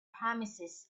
promises